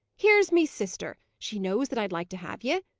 here's me sister she knows that i'd like to have ye.